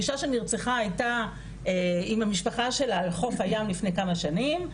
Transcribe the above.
אישה שנרצחה הייתה עם המשפחה שלה על חוף הים לפני כמה שנים,